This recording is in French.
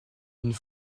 une